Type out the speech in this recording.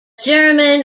german